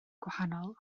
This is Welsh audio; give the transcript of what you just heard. gwahanol